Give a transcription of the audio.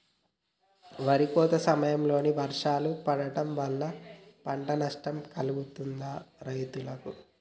వరి కోత సమయంలో వర్షాలు పడటం వల్ల పంట నష్టం కలుగుతదా రైతులకు?